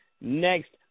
next